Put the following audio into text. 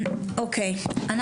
אני